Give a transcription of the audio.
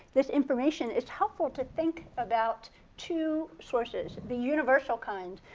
this information, it's helpful to think about two sources. the universal kind,